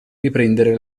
riprendere